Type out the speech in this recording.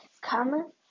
come